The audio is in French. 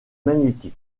magnétique